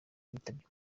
yitabye